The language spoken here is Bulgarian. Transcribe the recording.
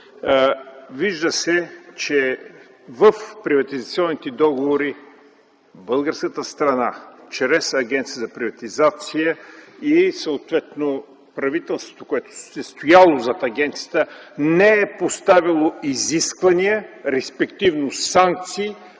вижда, че в приватизационните договори българската страна чрез Агенцията за приватизация и съответно правителството, което е стояло зад агенцията, не е поставило изисквания, респективно санкции,